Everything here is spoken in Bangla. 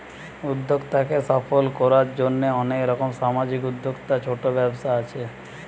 উদ্যোক্তাকে সফল কোরার জন্যে অনেক রকম সামাজিক উদ্যোক্তা, ছোট ব্যবসা আছে